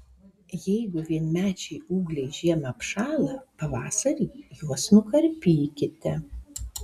jeigu vienmečiai ūgliai žiemą apšąla pavasarį juos nukarpykite